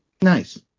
Nice